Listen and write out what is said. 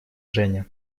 женя